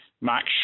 Max